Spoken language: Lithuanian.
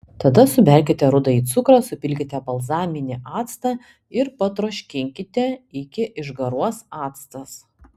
tada suberkite rudąjį cukrų supilkite balzaminį actą ir patroškinkite iki išgaruos actas